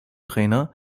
trainer